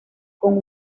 con